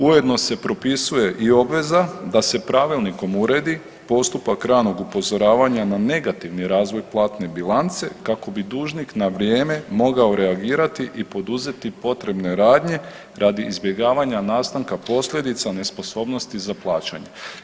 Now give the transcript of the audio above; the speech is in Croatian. Ujedno se propisuje i obveza da se pravilnikom uredi postupak ranog upozoravanja na negativni razvoj platne bilance kako bi dužnik na vrijeme mogao reagirati i poduzeti potrebne radnje radi izbjegavanja nastanka posljedica nesposobnosti za plaćanje.